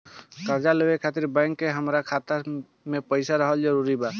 कर्जा लेवे खातिर बैंक मे हमरा खाता मे पईसा रहल जरूरी बा?